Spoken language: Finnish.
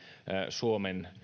suomen